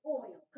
oil